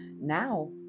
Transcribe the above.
Now